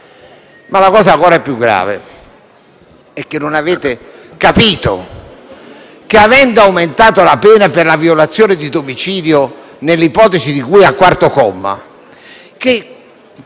Ma la cosa ancora più grave è che non avete capito, avendo aumentato la pena per la violazione di domicilio nell'ipotesi di cui al quarto comma